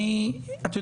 כאילו